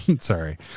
Sorry